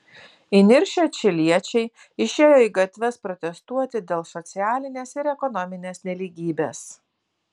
įniršę čiliečiai išėjo į gatves protestuoti dėl socialinės ir ekonominės nelygybės